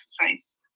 exercise